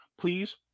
Please